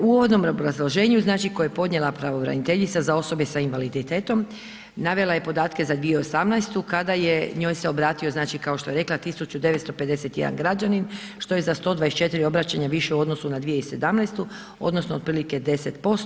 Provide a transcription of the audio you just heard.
U uvodnom obrazloženju, koja je podnijela pravobraniteljica za osobe s invaliditetom, navela je podatke za 2018. kada je njoj se obratio, znači kao što je rekla 1951 građanin, što je za 124 obraćanja više u odnosu na 2017. odnosno, otprilike 10%